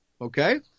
Okay